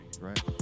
right